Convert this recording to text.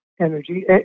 Energy